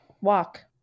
walk